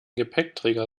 gepäckträger